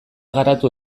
garatu